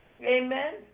Amen